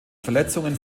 verletzungen